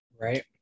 Right